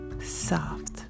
soft